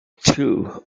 too